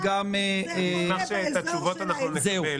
בהצגת התזכיר